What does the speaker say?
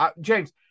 James